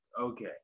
Okay